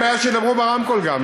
אין לי אין בעיה שידברו ברמקול גם,